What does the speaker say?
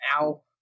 Ow